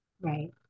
Right